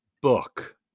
book